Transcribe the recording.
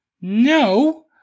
No